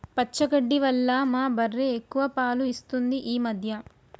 పచ్చగడ్డి వల్ల మా బర్రె ఎక్కువ పాలు ఇస్తుంది ఈ మధ్య